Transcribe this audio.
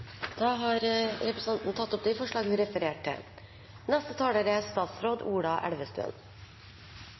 Da har representanten Une Bastholm tatt opp de forlagene hun refererte til.